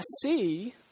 see